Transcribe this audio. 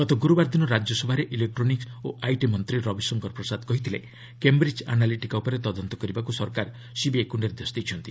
ଗତ ଗୁରୁବାର ଦିନ ରାଜ୍ୟସଭାରେ ଇଲେକ୍ଟ୍ରୋନିକ୍ ଓ ଆଇଟି ମନ୍ତ୍ରୀ ରବିଶଙ୍କର ପ୍ରସାଦ କହିଥିଲେ କେମ୍ବ୍ରିଜ୍ ଆନାଲିଟିକା ଉପରେ ତଦନ୍ତ କରିବାକୁ ସରକାର ସିବିଆଇକୁ ନିର୍ଦ୍ଦେଶ ଦେଇଛନ୍ତି